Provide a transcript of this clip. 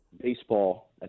Baseball